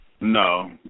No